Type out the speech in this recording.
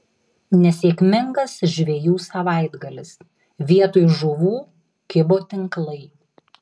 nesėkmingas žvejų savaitgalis vietoj žuvų kibo tinklai